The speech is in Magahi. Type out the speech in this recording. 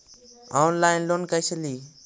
ऑनलाइन लोन कैसे ली?